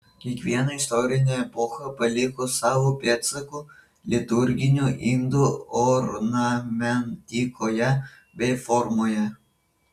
kiekviena istorinė epocha paliko savų pėdsakų liturginių indų ornamentikoje bei formoje